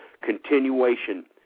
continuation